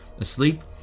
asleep